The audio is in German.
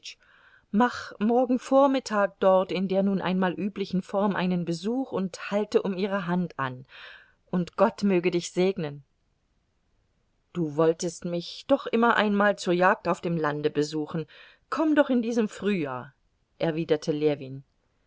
mach morgen vormittag dort in der nun einmal üblichen form einen besuch und halte um ihre hand an und gott möge dich segnen du wolltest mich doch immer einmal zur jagd auf dem lande besuchen komm doch in diesem frühjahr erwiderte ljewin